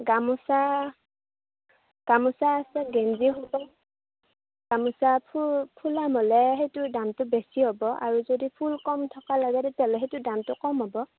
গামোচা গামোচা আছে গেঞ্জী হ'ব গামোচা ফু ফুলাম হ'লে সেইটোৰ দামটো বেছি হ'ব আৰু যদি ফুল কম থকা লাগে তেতিয়া হ'লে সেইটোৰ দামটো কম হ'ব